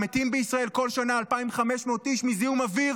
מתים בישראל כל שנה 2,500 איש מזיהום אוויר